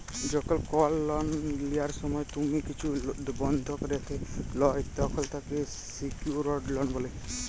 যখল কল লন লিয়ার সময় তুমি কিছু বনধক রাখে ল্যয় তখল তাকে স্যিক্যুরড লন বলে